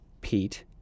Pete